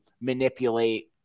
manipulate